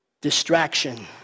distraction